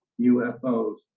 UFOs